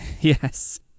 Yes